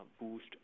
boost